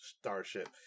starship